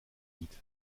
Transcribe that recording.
lied